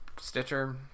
stitcher